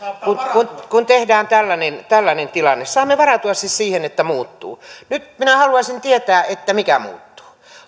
kun kun tehdään tällainen tällainen tilanne saamme varautua siihen että muuttuu nyt minä haluaisin tietää mikä muuttuu